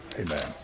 Amen